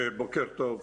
בוקר טוב.